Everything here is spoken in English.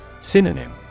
Synonym